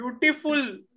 beautiful